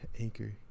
Anchor